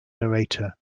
narrator